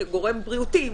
כגורם בריאותי,